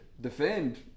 defend